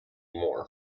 more